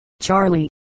Charlie